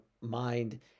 mind